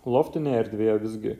loftinėje erdvėje visgi